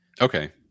Okay